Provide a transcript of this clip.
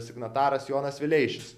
signataras jonas vileišis